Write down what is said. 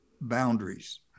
boundaries